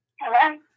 Hello